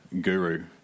guru